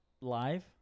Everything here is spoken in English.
live